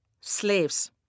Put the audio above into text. slaves